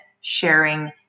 sharing